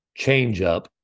changeup